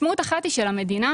משמעות אחת היא שלמדינה,